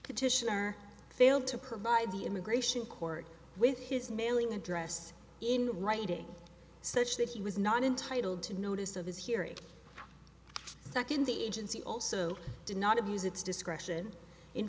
petitioner failed to provide the immigration court with his mailing address in writing such that he was not entitled to notice of his hearing second the agency also did not abuse its discretion in